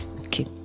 Okay